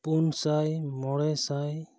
ᱯᱩᱱᱥᱟᱭ ᱢᱚᱬᱮᱥᱟᱭ